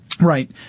Right